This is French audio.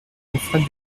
alfred